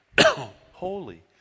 holy